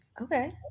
Okay